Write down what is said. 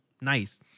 nice